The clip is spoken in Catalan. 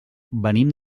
venim